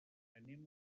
anem